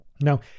Now